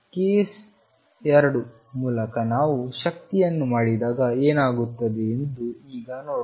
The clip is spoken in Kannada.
ಕೇಸ್ 2 ಮೂಲಕ ನಾವು ಶಕ್ತಿಯನ್ನು ಮಾಡಿದಾಗ ಏನಾಗುತ್ತದೆ ಎಂದು ಈಗ ನೋಡೋಣ